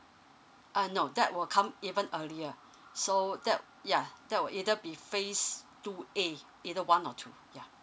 uh no that will come even earlier so that yeah that will either be phase two A either one or two yeah